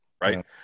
right